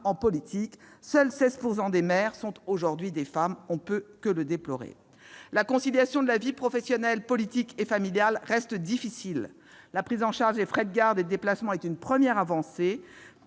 des femmes. Seuls 16 % des maires sont aujourd'hui des femmes ; on ne peut que le déplorer. La conciliation de la vie professionnelle, de la vie politique et de la vie familiale reste difficile. La prise en charge des frais de garde et de déplacements est une première avancée.